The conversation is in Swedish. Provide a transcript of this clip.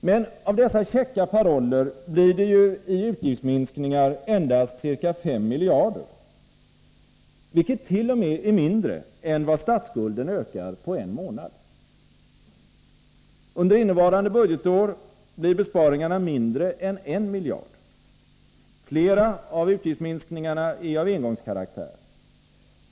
Men av dessa käcka paroller blir det ju i utgiftsminskningar endast ca 5 miljarder, vilket t.o.m. är mindre än vad statsskulden ökar på en månad. Under innevarande budgetår blir besparingarna mindre än 1 miljard. Flera av utgiftsminskningarna är av engångskaraktär.